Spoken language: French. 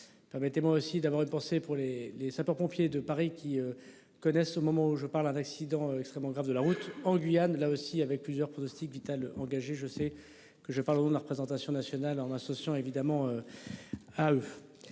Permettez moi aussi d'avoir une pensée pour les, les sapeurs-pompiers de Paris qui. Connaissent au moment où je parle un accident extrêmement grave de la route en Guyane là aussi avec plusieurs pronostic vital engagé. Je sais que je parle au nom de la représentation nationale en associant évidemment. À.